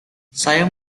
saya